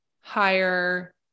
higher